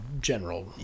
general